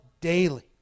daily